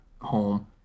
home